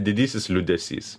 didysis liūdesys